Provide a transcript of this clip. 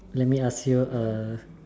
let me ask you a